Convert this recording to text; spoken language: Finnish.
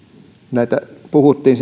ja puhuttiin